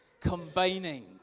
combining